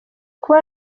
kuba